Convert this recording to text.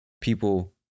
people